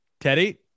Teddy